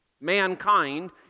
mankind